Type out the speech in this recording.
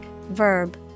Verb